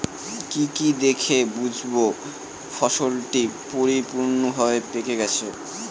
কি কি দেখে বুঝব ফসলটি পরিপূর্ণভাবে পেকে গেছে?